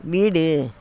வீடு